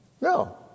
No